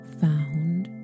found